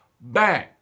bang